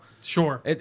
Sure